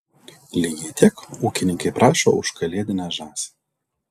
lygiai tiek ūkininkai prašo už kalėdinę žąsį